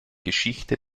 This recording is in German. geschichte